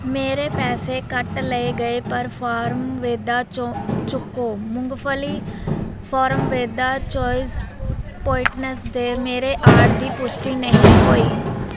ਮੇਰੇ ਪੈਸੇ ਕੱਟ ਲਏ ਗਏ ਪਰ ਫਾਰਮਵੇਦਾ ਚੋਂ ਚੋਕੋ ਮੂੰਗਫਲੀ ਫਾਰਮਵੇਦਾ ਚੋਇਸ ਪੁਆਇਟਨੈੱਸ ਦੇ ਮੇਰੇ ਆਰਡਰ ਦੀ ਪੁਸ਼ਟੀ ਨਹੀਂ ਹੋਈ